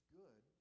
good